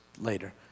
later